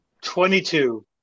Twenty-two